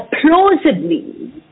plausibly